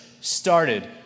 started